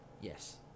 yes